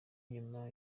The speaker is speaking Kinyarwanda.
nyuma